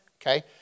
Okay